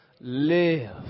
Live